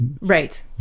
Right